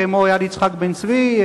כמו יד יצחק בן-צבי,